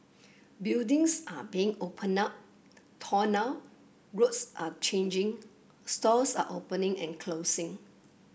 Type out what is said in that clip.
buildings are being opened up torn down roads are changing stores are opening and closing